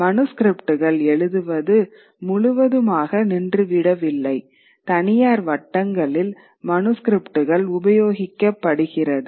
மனுஸ்கிரிப்ட்கள் எழுதுவது முழுவதுமாக நின்றுவிடவில்லை தனியார் வட்டங்களில் மனுஸ்கிரிப்ட்கள் உபயோகிக்கப்படுகிறது